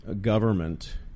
government